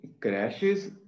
crashes